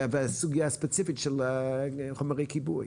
והסוגייה הספציפית של חומרי כיבוי?